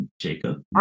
Jacob